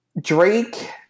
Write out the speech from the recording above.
Drake